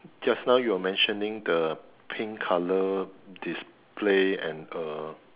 just now you were mentioning the pink colour display and uh